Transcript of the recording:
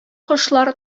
кошлар